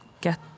get